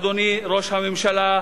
אדוני ראש הממשלה,